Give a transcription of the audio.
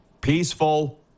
peaceful